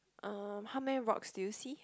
um how many rocks do you see